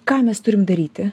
ką mes turim daryti